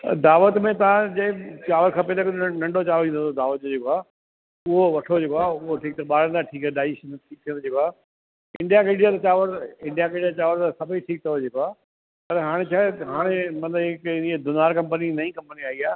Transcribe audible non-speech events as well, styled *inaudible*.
दावत में तव्हांजे चांवरु खपे त नंढो चांवरु ईंदो आहे दावत में जेको आहे उहो वठो जेको आहे *unintelligible* इंडिया गेट जा चांवरु इंडिया गेट जा चांवरु सभई ठीकु अथव जेको आहे पर हाणे छाहे हाणे माना इहे कहिड़ी आहे दुनार कंपनी नई कंपनी आई आहे